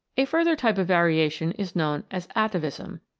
a further type of variation is known as atavism.